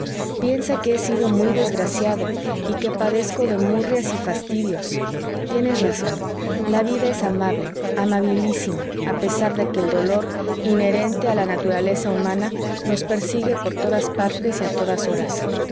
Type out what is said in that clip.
piensa que he sido muy desgraciado y que padezco de murrias y fastidios tienes razón la vida es amable amabilísima a pesar de que el dolor inherente a la naturaleza humana nos persigue por todas partes y a todas horas